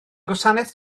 gwasanaeth